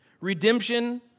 Redemption